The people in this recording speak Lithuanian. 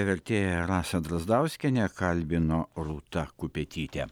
vertėja rasa drazdauskienė kalbino rūta kupetytė